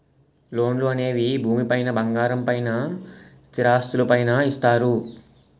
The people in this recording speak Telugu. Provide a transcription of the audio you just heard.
లోన్లు అనేవి భూమి పైన బంగారం పైన స్థిరాస్తులు పైన ఇస్తారు